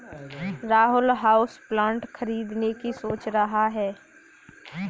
Rahul houseplant खरीदने की सोच रहा है